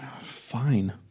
fine